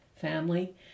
family